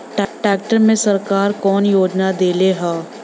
Tractor मे सरकार कवन योजना देले हैं?